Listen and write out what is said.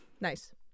Nice